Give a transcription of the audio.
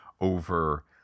over